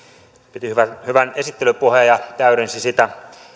piti hyvän hyvän esittelypuheen ja täydensi sitä